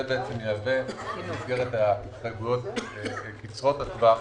זה יהווה במסגרת ההתחייבויות קצרות הטווח